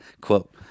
quote